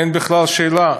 אין בכלל שאלה,